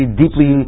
deeply